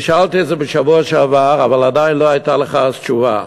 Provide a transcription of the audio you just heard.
אני שאלתי את זה בשבוע שעבר אבל עדיין לא הייתה לך אז תשובה.